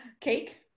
Cake